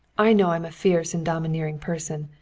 i know i'm a fierce and domineering person,